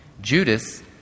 Judas